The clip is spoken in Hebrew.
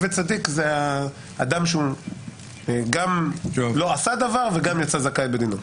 וצדיק זה אדם שהוא לא עשה דבר וגם יצא זכאי בדינו.